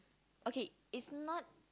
okay it's not